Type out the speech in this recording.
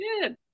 good